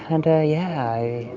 and yeah.